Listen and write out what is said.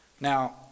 Now